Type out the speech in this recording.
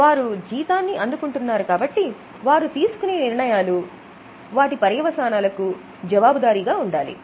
వారు జీతాన్ని అందుకుంటున్నారు కాబట్టి వారు తీసుకునే నిర్ణయాలు వాటి పర్యవసానాలకు జవాబుదారీగా ఉండాలి